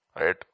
Right